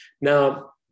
Now